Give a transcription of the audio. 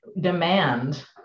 demand